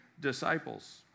disciples